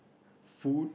food